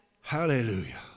Hallelujah